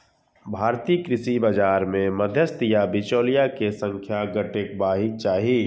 भारतीय कृषि बाजार मे मध्यस्थ या बिचौलिया के संख्या घटेबाक चाही